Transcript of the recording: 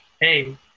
hey